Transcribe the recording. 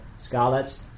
Scarlets